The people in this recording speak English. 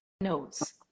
knows